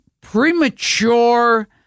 premature